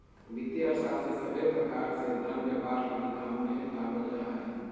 वित्तीय अर्थशास्त्र के सभे प्रकार से धन व्यापार लगी काम मे लावल जा हय